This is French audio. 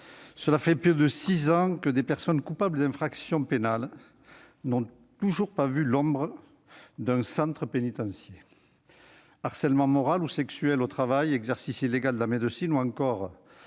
voilà près de six ans que des personnes coupables d'infractions pénales n'ont toujours pas vu l'ombre d'un centre pénitentiaire. Harcèlement moral ou sexuel au travail, exercice illégal de la médecine ou encore